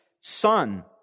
Son